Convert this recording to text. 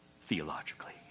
theologically